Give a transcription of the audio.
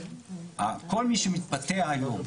כל מי שמתפטר היום,